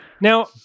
Now